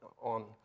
on